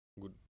good